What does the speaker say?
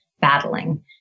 battling